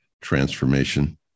transformation